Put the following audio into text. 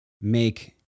make